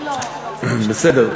בסדר.